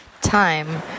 time